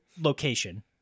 location